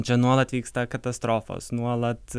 čia nuolat vyksta katastrofos nuolat